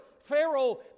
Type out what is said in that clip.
Pharaoh